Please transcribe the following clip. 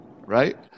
right